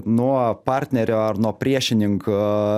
nuo partnerio ar nuo priešininko